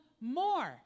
more